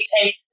take